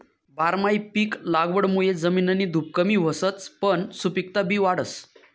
बारमाही पिक लागवडमुये जमिननी धुप कमी व्हसच पन सुपिकता बी वाढस